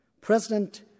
President